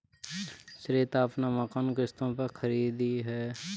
श्वेता अपना मकान किश्तों पर खरीदी है